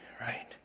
right